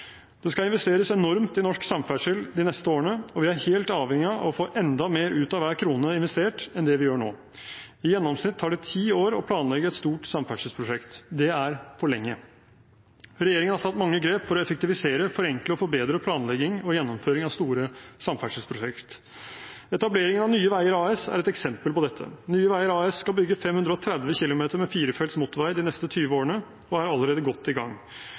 Det skal investeres enormt i norsk samferdsel de neste årene, og vi er helt avhengige av å få enda mer ut av hver krone investert enn det vi gjør nå. I gjennomsnitt tar det ti år å planlegge et stort samferdselsprosjekt. Det er for lenge. Regjeringen har tatt mange grep for å effektivisere, forenkle og forbedre planlegging og gjennomføring av store samferdselsprosjekter. Etableringen av Nye Veier AS er et eksempel på dette. Nye Veier AS skal bygge 530 km med firefelts motorvei de neste 20 årene og er allerede godt i gang.